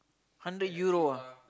hundred Euro ah